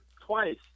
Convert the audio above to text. twice